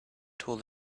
told